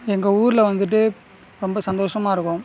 எங்கள் ஊரில் வந்துட்டு ரொம்ப சந்தோசமாக இருக்கும்